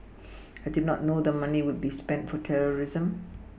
I did not know the money would be spent for terrorism